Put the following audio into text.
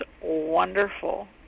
wonderful